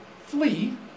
flee